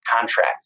contract